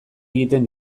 egiten